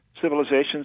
civilizations